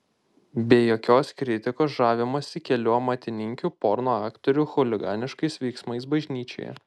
be jokios kritikos žavimasi kelių amatininkių porno aktorių chuliganiškais veiksmais bažnyčioje